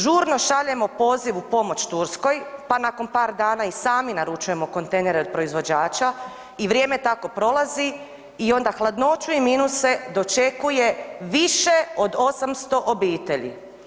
Žurno šaljemo poziv u pomoć Turskoj, pa nakon par dana i sami naručujemo kontejnere od proizvođača i vrijeme tako prolazi i onda hladnoću u minuse dočekuje više od 800 obitelji.